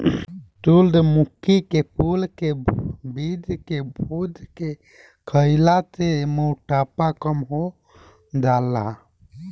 सूरजमुखी के फूल के बीज के भुज के खईला से मोटापा कम हो जाला